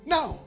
Now